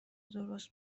درست